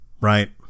right